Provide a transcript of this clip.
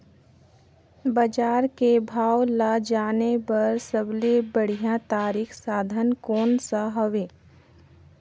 बजार के भाव ला जाने बार सबले बढ़िया तारिक साधन कोन सा हवय?